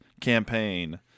campaign